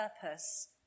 purpose